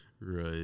Right